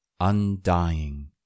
undying